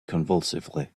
convulsively